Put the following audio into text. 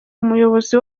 umuyobozi